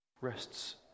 rests